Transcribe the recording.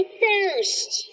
first